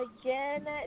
again